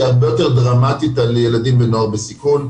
הרבה יותר דרמטית על ילדים ונוער בסיכון,